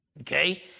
Okay